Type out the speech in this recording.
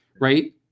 right